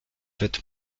wird